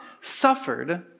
suffered